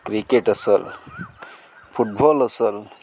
cricket असेल football असेल